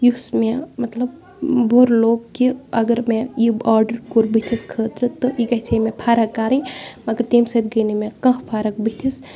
یُس مےٚ مطلب بُرٕ لوٚگ کہِ اگر مےٚ یہِ آرڈَر کوٚر بٕتھِس خٲطرٕ تہٕ یہِ گَژھِ ہے مےٚ فرق کَرٕنۍ مگر تَمہِ سۭتۍ گٔے نہٕ مےٚ کانٛہہ فرق بٕتھِس